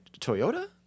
Toyota